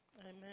Amen